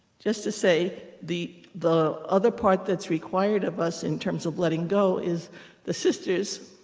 just to say the the other part that's required of us, in terms of letting go, is the sisters